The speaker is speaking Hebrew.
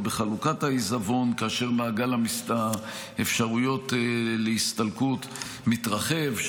בחלוקת העיזבון כאשר מעגל האפשרויות להסתלקות מתרחב,